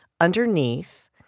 underneath